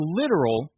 literal